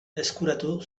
eskuratu